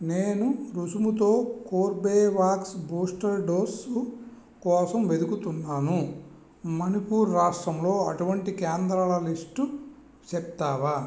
నేను రుసుముతో Corbevax booster dose కోసం వెదుకుతున్నాను మణిపూర్ రాష్ట్రంలో అటువంటి కేంద్రాల లిస్టు చెప్తావా